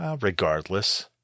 Regardless